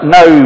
no